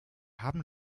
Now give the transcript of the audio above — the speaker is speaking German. haben